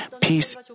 peace